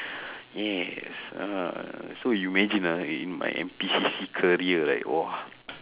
yes uh so you imagine ah in my N_P_C_C career like !whoa!